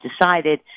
decided